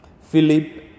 Philip